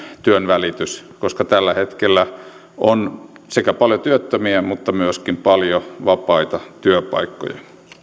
työnvälitys koska tällä hetkellä on paljon työttömiä mutta myöskin paljon vapaita työpaikkoja on